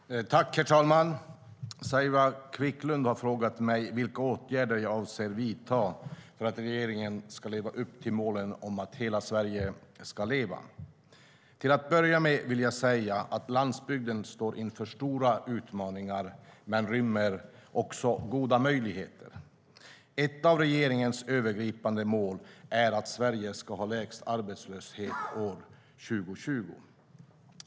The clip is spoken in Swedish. Svar på interpellationer Herr talman! Saila Quicklund har frågat mig vilka åtgärder jag avser att vidta för att regeringen ska leva upp till målet att hela Sverige ska leva. Till att börja med vill jag säga att landsbygden står inför stora utmaningar men rymmer också goda möjligheter. Ett av regeringens övergripande mål är att Sverige ska ha lägst arbetslöshet år 2020.